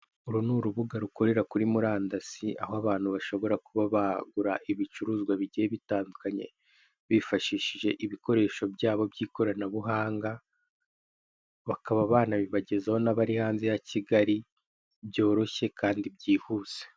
Uru ni urubuga rukorera kuri murandasi aho abantu bashobora kuba bagura ibicuruzwa bigiye bitandukanye bifashishije ibikoresho byabo by'ikoranabuhanga, bakaba banabibagezaho n'abari hanze ya Kigali byoroshye kandi byihuse.